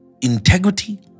integrity